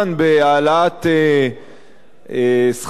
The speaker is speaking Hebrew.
בהעלאת שכר המינימום.